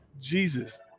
Jesus